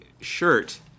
shirt